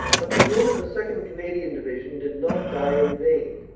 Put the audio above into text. but the men of the second. canadian division did not die in vain.